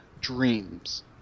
Dreams